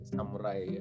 Samurai